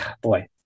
boy